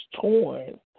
torn